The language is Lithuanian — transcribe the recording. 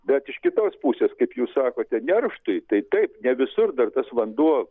bet iš kitos pusės kaip jūs sakote nerštui tai taip ne visur dar tas vanduo